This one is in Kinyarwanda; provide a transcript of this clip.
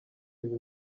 izi